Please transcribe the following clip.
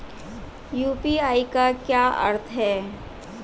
UPI का क्या अर्थ है?